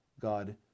God